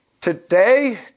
Today